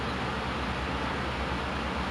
um dia punya buah dia like